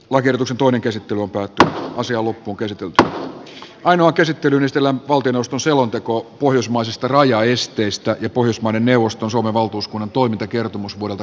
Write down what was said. uhrin osan toinen käsi tuupattua asiaa loppuunkäsiteltynä ainoa käsittelylistalla valtioneuvoston selonteko pohjoismaisista rajaesteistä pohjoismaiden neuvoston suomen valtuuskunnan toimintakertomus äänestänyt